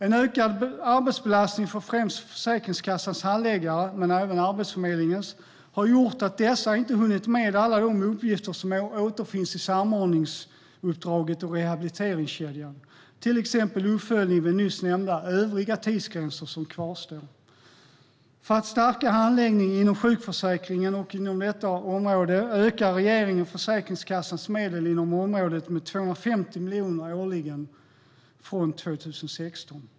En ökad arbetsbelastning för främst Försäkringskassans handläggare men även Arbetsförmedlingens har gjort att dessa inte hunnit med alla de uppgifter som återfinns i samordningsuppdraget och rehabiliteringskedjan, till exempel uppföljning vid nyss nämnda övriga tidsgränser som kvarstår. För att stärka handläggningen inom sjukförsäkringen och detta område ökar regeringen Försäkringskassans medel inom området med 250 miljoner årligen från 2016.